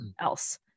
else